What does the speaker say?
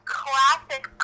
classic